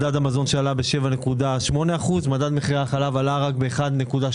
מדד המזון עלה ב-7.8% ומדד מחירי החלב עלה רק ב-1.8%.